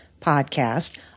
podcast